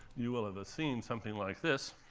you will have seen something like this